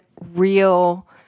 real